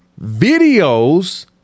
videos